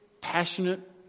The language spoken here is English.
passionate